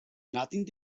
nothing